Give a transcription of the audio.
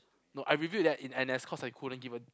no I reviewed that in N_S cause I couldn't give a